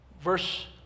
Verse